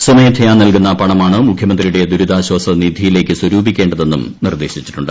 സ്വമേധയാ നൽകുന്ന പണമാണ് മുഖ്യമന്ത്രിയുടെ ദുരിതാശ്വാസനിധിയിലേക്ക് സ്വരൂപിക്കേണ്ടതെന്നും നിർദ്ദേശിച്ചിട്ടുണ്ട്